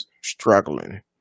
struggling